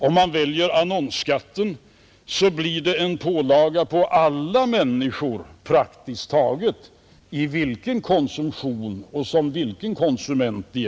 Om man väljer annonsskatten, blir det en pålaga på praktiskt taget alla människor, hur de än uppträder som konsumenter.